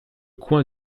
coin